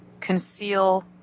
conceal